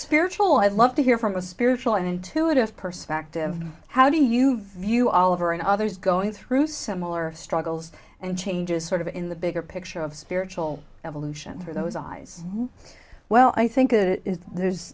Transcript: spiritual i love to hear from a spiritual and intuitive perspective how do you view oliver and others going through similar struggles and changes sort of in the bigger picture of spiritual evolution through those eyes well i think it is there's